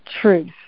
truth